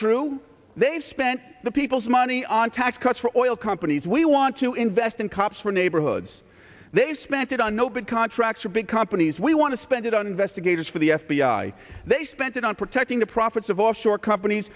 true they spend the people's money on tax cuts for oil companies we want to invest in cops for neighborhoods they spent it on no bid contracts for big companies we want to spend it on investigators for the f b i they spent it on protecting the profits of offshore companies